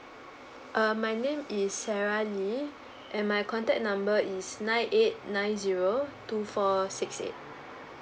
uh my name is sarah lee and my contact number is nine eight nine zero two four six eight